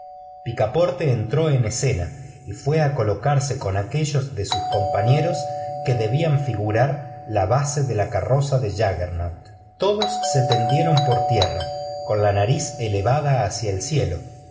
picaporte entró en escena y fue a colocarse con aquellos de sus compañeros que debían figurar la base de la carroza de jaggernaut todos se tendieron por tierra con la nariz elevada hacia el cielo